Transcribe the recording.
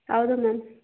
ಹೌದು ಮ್ಯಾಮ್